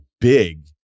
big